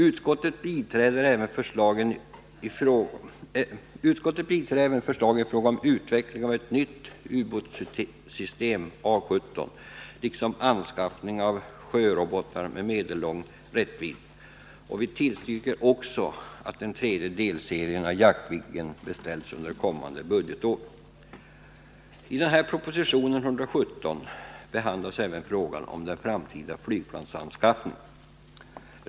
Utskottet biträder även förslaget i fråga om utveckling av ett nytt ubåtssystem, A 17, liksom anskaffning av sjörobotar med medellång räckvidd. Vi tillstyrker också att den tredje delserien av Jaktviggen beställs under kommande budgetår. I proposition 117 behandlas även frågan om den framtida flygplansanskaffningen.